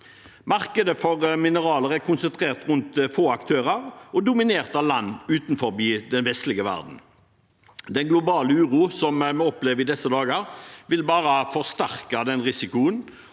Markedet for mineraler er konsentrert rundt få aktører og dominert av land utenfor den vestlige verden. Den globale uroen vi opplever i disse dager, vil bare forsterke den risikoen